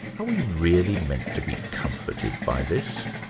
are we really meant to be comforted by this?